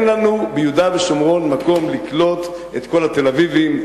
אין לנו ביהודה ושומרון מקום לקלוט את כל התל-אביבים,